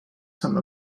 some